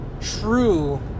true